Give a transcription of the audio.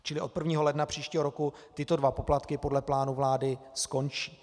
Čili od 1. ledna příštího roku tyto dva poplatky podle plánu vlády skončí.